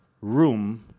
room